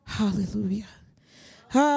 Hallelujah